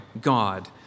God